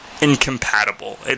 incompatible